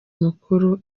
mukuru